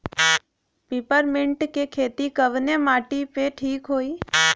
Peppermint के खेती कवने माटी पे ठीक होई?